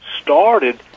started